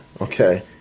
okay